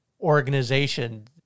organization